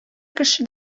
кеше